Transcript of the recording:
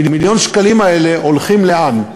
מיליון השקלים האלה הולכים לאן?